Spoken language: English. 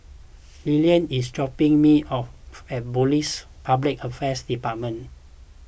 Lillard is dropping me off at Police Public Affairs Department